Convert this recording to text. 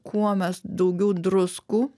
kuo mes daugiau druskų